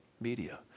media